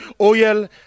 oil